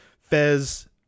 fez